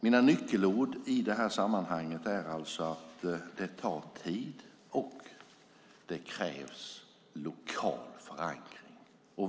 Mina nyckelord i sammanhanget är att det tar tid och kräver lokal förankring.